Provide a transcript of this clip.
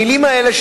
המלים האלה,